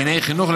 דיני חינוך,